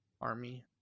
army